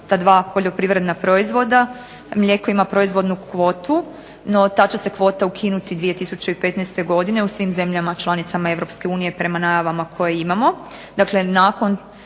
ta dva poljoprivredna proizvoda, mlijeko ima proizvodnu kvotu, no ta će se kvota ukinuti 2015. godine u svim zemljama članicama Europske unije, prema najavama koje imamo,